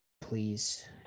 please